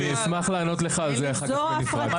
אני אשמח לענות לך על זה אחר כך בנפרד.